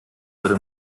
würde